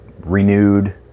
renewed